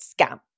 scam